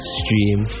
stream